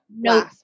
No